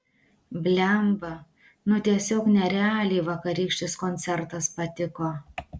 blemba nu tiesiog nerealiai vakarykštis koncertas patiko